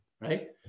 right